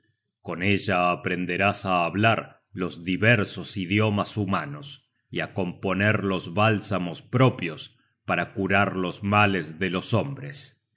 con ella aprenderás á hablar los diversos idiomas humanos y á componer los bálsamos propios para curar los males de los hombres